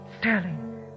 Sterling